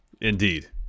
indeed